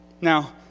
now